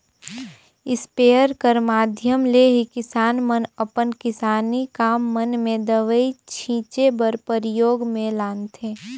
sprayer कर माध्यम ले ही किसान मन अपन किसानी काम मन मे दवई छीचे बर परियोग मे लानथे